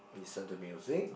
listen to music